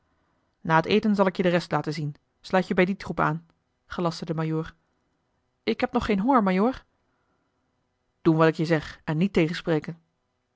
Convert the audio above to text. na het eten zal ik je de rest laten zien sluit je bij dien troep aan gelastte de majoor ik heb nog geen honger majoor doen wat ik je zeg en niet tegenspreken